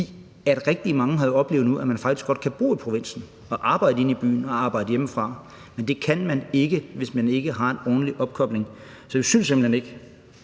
af at rigtig mange nu havde oplevet, at man faktisk godt kan bo i provinsen og arbejde inde byen og arbejde hjemmefra, men det kan man ikke, hvis ikke man har en ordentlig opkobling. Altså, man kan slet ikke